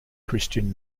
christian